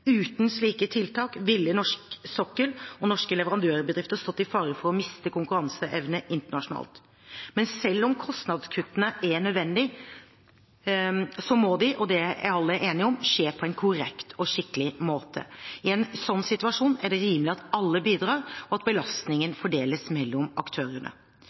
Uten slike tiltak ville norsk sokkel og norske leverandørbedrifter stått i fare for å miste konkuranseevne internasjonalt. Men selv om kostnadskuttene er nødvendige, må de – og det er alle enige om – skje på en korrekt og skikkelig måte. I en slik situasjon er det rimelig at alle bidrar, og at belastningen fordeles mellom aktørene.